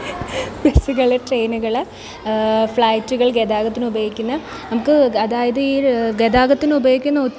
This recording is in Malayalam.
ബസുകൾ ട്രെയിനുകൾ ഫ്ലൈറ്റുകള് ഗതാഗതത്തിന് ഉപയോഗിക്കുന്ന നമ്മൾക്ക് അതായത് ഈ ഗതാഗത്തിന് ഉപയോഗിക്കുന്നത്